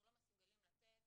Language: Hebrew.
אנחנו לא מסוגלים לתת